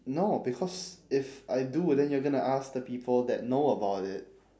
no because if I do then you're gonna ask the people that know about it